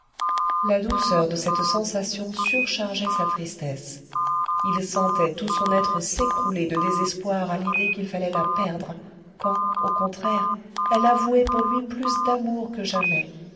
la douceur de cette sensation surchargeait sa tristesse il sentait tout son être s'écrouler de désespoir à l'idée qu'il fallait la perdre quand au contraire elle avouait pour lui plus d'amour que jamais